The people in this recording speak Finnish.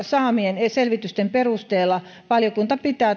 saamien selvitysten perusteella valiokunta pitää